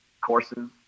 courses